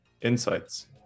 insights